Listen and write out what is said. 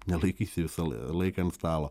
nelaikysi visą laiką ant stalo